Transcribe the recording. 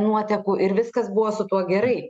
nuotekų ir viskas buvo su tuo gerai